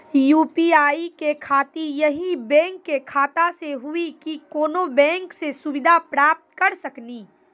UPI के खातिर यही बैंक के खाता से हुई की कोनो बैंक से सुविधा प्राप्त करऽ सकनी?